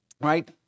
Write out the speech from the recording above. right